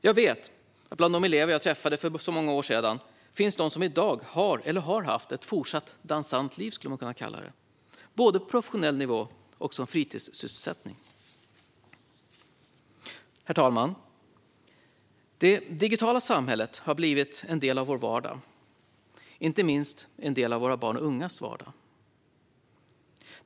Jag vet att det bland de elever jag träffade för många år sedan finns de som fortsatt har eller har haft ett dansant liv, skulle man kunna kalla det, både på professionell nivå och på fritiden. Herr talman! Det digitala samhället har blivit en del av vår vardag, inte minst en del av våra barns och ungas vardag.